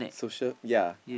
social ya